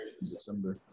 December